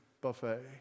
buffet